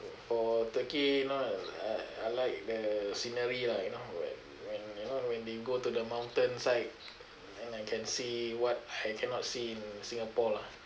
for turkey you know uh I like the scenery lah you know when when you know when they go to the mountain side and I can see what I cannot see in singapore lah